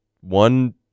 one